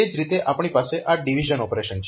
તે જ રીતે આપણી પાસે આ ડીવીઝન ઓપરેશન છે